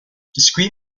discrete